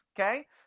okay